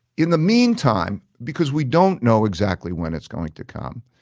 in the meantime, because we don't know exactly when it's going to come.